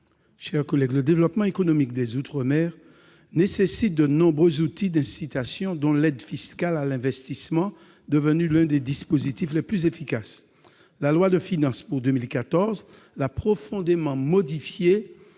chers collègues, le développement économique des outre-mer nécessite de nombreux outils d'incitation, dont l'aide fiscale à l'investissement, qui est devenue l'un des dispositifs les plus efficaces. La loi de finances pour 2014 l'a profondément modifiée